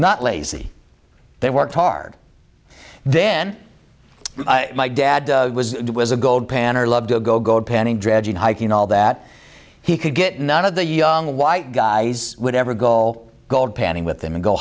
not lazy they worked hard then my dad was a gold panner loved to go gold panning dredging hiking all that he could get none of the young white guys would ever go all gold panning with them and go